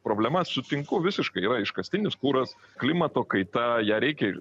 problema sutinku visiškai yra iškastinis kuras klimato kaita ją reikia ir